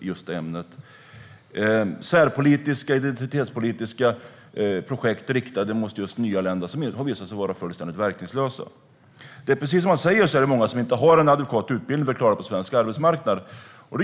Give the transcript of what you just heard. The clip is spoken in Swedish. Det är fråga om särpolitiska och identitetspolitiska projekt riktade mot nyanlända. Dessa projekt har visat sig vara fullständigt verkningslösa. Precis som Fredrik Malm säger är det många som inte har en adekvat utbildning som ger möjlighet att klara sig på svensk arbetsmarknad. För